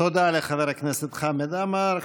תודה לחבר הכנסת חמד עמאר.